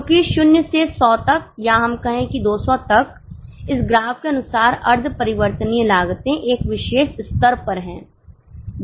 क्योंकि 0 से 100 तक या हम कहें कि 200 तक इस ग्राफ के अनुसार अर्ध परिवर्तनीय लागतें एक विशेष स्तर पर हैं